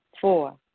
Four